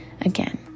Again